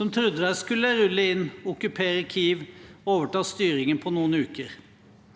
som trodde de skulle rulle inn, okkupere Kiev og overta styringen på noen uker.